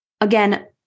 Again